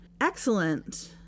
Excellent